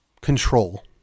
Control